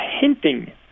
hinting